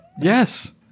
Yes